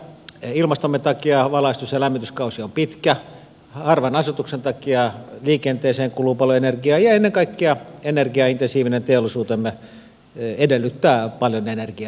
ilmastomme takia valaistus ja lämmityskausi on pitkä harvan asutuksen takia liikenteeseen kuluu paljon energiaa ja ennen kaikkea energiaintensiivinen teollisuutemme edellyttää paljon energiaa